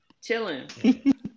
Chilling